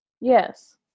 Yes